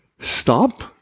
Stop